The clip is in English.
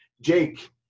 Jake